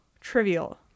trivial